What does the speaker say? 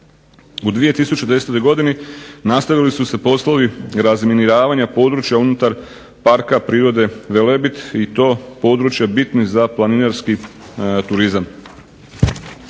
U 2010. godini nastavili su se poslovi razminiravanja područja unutar Parka prirode "Velebit" i to područja bitnih za planinarski turizam.